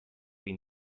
been